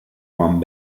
one